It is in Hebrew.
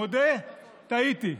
מודה, טעיתי.